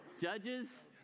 judges